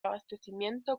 abastecimiento